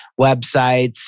websites